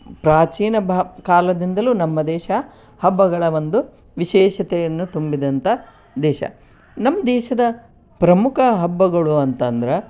ಪ್ರಾಚೀನ ಬಾ ಕಾಲದಿಂದಲೂ ನಮ್ಮ ದೇಶ ಹಬ್ಬಗಳ ಒಂದು ವಿಶೇಷತೆಯನ್ನು ತುಂಬಿದಂಥ ದೇಶ ನಮ್ಮ ದೇಶದ ಪ್ರಮುಖ ಹಬ್ಬಗಳು ಅಂತಂದ್ರೆ